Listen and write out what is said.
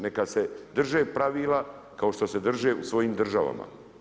Neka se drže pravila kao što se drže u svojim državama.